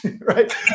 right